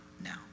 now